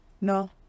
no